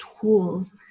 tools